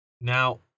Now